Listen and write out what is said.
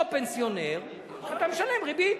לא פנסיונר, אתה משלם ריבית,